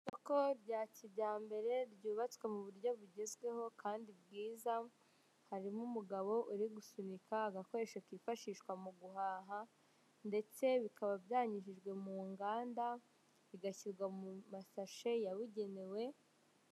Isoko rya kijyambere ryubatswe muburyo bugezweho kandi bwiza, harimo umugabo uri gusunika agakoresho kifashishwa mu guhaha, ndetse bikaba byanyujijwe mu nganda bigashyirwa mu masashe yabugenewe...